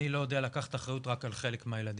אני לא יודע לקחת אחריות רק על חלק מהילדים.